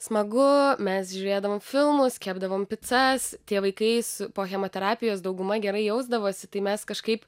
smagu mes žiūrėdavom filmus kepdavom picas tie vaikais po chemoterapijos dauguma gerai jausdavosi tai mes kažkaip